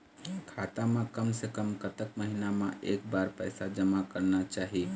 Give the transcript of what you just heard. खाता मा कम से कम कतक महीना मा एक बार पैसा जमा करना चाही?